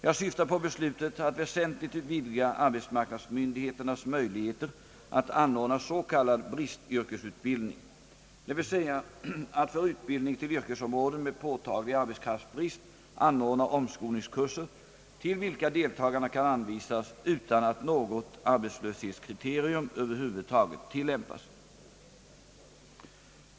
Jag syftar på beslutet att väsentligt vidga arbetsmarknadsmyndigheternas möjligheter att anordna s. k, bristyrkesutbildning, d. v. s. att för utbildning till yrkesområden med påtaglig arbetskraftsbrist anordna omskolningskurser, till vilka deltagarna kan anvisas utan att något arbetslöshetskriterium över huvud taget tillämpas.